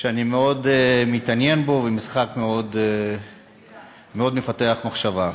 שאני מאוד מתעניין בו, וזה משחק מאוד מפתח מחשבה.